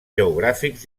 geogràfics